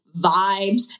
vibes